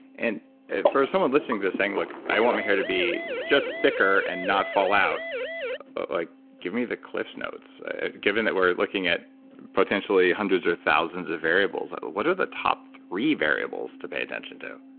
and for someone listening to the saying, look, i want my hair to be just thicker and not fall out like give me the cliffsnotes given that we're looking at potentially hundreds or thousands of variables, what are the top three variables to pay attention to?